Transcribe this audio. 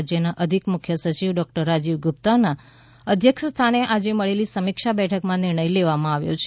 રાજયના અધિક મુખ્ય સચિવ ડોકટર રાજીવ ગુપ્તાના અધ્યક્ષ સ્થાને આજે મળેલી સમીક્ષા બેઠકમાં આ નિર્ણય લેવામાં આવ્યો છે